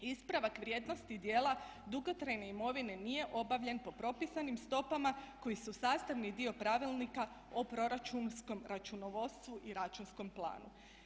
Ispravak vrijednosti i dijela dugotrajne imovine nije obavljen po propisanim stopama koji su sastavni dio pravilnika o proračunskom računovodstvu i računskom planu.